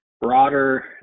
broader